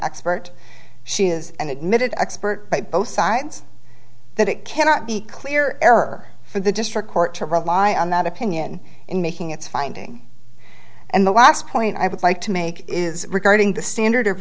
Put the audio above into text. expert she is an admitted expert by both sides that it cannot be clear error for the district court to rely on that opinion in making its finding and the last point i would like to make is regarding the standard of